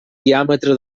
diàmetre